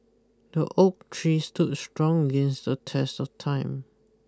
the oak tree stood strong against the test of time